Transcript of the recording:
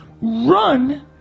run